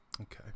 Okay